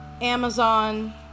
Amazon